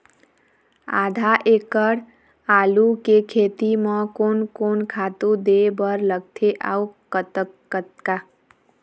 आधा एकड़ आलू के खेती म कोन कोन खातू दे बर लगथे अऊ कतका?